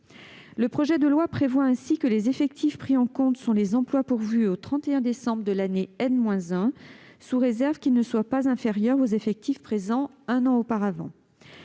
Le projet de loi prévoit ainsi que les effectifs pris en compte sont les emplois pourvus au 31 décembre de l'année -1, sous réserve qu'ils ne soient pas inférieurs aux effectifs présents un an auparavant.